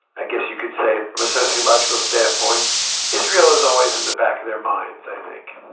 i guess you could say from a sociological standpoint israel is always in the back of their minds i think.